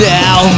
now